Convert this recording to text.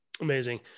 Amazing